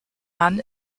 mann